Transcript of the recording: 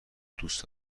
دوست